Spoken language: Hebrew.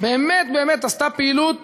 באמת באמת עשה פעילות